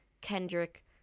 Kendrick